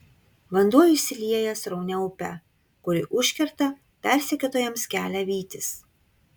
vanduo išsilieja sraunia upe kuri užkerta persekiotojams kelią vytis